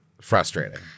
Frustrating